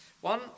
One